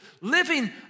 living